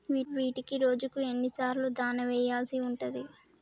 వీటికి రోజుకు ఎన్ని సార్లు దాణా వెయ్యాల్సి ఉంటది?